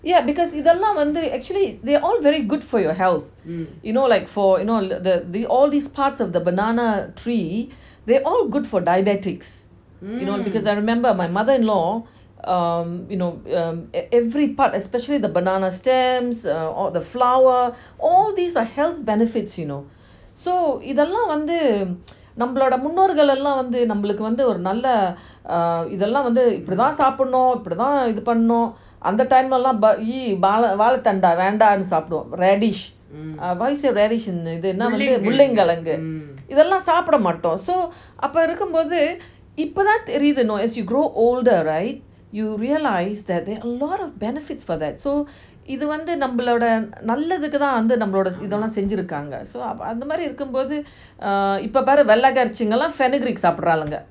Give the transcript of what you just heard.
yeah because இதெல்லாம் வந்து:ithellam vanthu actually they are all very good for your health you know like for you know the the all these parts of the banana tree they're all good for diabetics you know because I remember my mother in law um you know uh every part especially the banana stems uh al~ the flower all these are health benefits you know so இத்தலம் வந்து நம்ம முன்னூர்கள் வந்து நம்மளுக்கு வந்து ஒரு நல்ல இத்தலம் வந்து இப்பிடி தான் சாப்பிடணும் இப்பிடி தான் இது பண்ணனும் அந்த:ithalam vanthu namma munoorgal vanthu namaluku vanthu oru nalla ithalam vanthu ipidi thaan sapdanum ipidi thaan ithu pannanum antha time lah வந்து வாழ தான வேண்டாம்னு சாப்பிடுவோம்:vanthu vazha thana vendamnu sapduvom radish how do you say radish in முள்ளங்கி கிழங்கு இத்தலம் சாப்பிட மாட்டோம்:mulangi kezhangu ithalam sapda maatom so அப்போ இருக்கும் போது இப்போ தான் தெரியுது:apo irukum bothu ipo thaan teriyuthu as you grow older right you realise there are a lot of benefits for that so இது வந்து நம்மளோட நலத்துக்கு தான் நம்மளோட இதனாலும் செஞ்சி இருகாங்க அந்த மாறி இருக்கும் போது இப்போ பாரு வெல்ல காரிச்சீங்களாம் பண்ணுகிறீக் சாப்பிடுறாளுங்க:ithu vanthu namaloda nalathuku thaan nammloda ithanalam senji irukanga antha maari irukum bothu ipo paaru vella kaarichingalam fenugreek sapduralunga